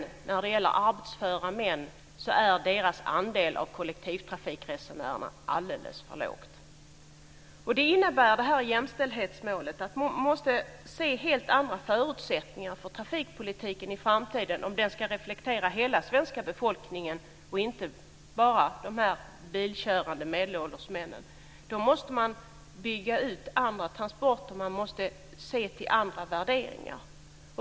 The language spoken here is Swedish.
Andelen arbetsföra män av kollektivtrafikresenärerna är alldeles för låg. Det här jämställdhetsmålet innebär att man måste se helt andra förutsättningar för trafikpolitiken i framtiden om den ska reflektera hela svenska befolkningen och inte bara de bilkörande medelålders männen. Då måste man bygga ut andra transportslag. Man måste se till andra värderingar.